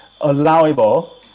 allowable